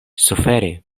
suferi